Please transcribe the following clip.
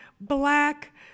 black